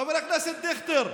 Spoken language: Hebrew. חבר הכנסת דיכטר,